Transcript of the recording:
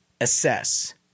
Assess